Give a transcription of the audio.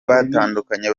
batandukanye